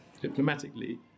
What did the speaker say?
diplomatically